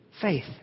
faith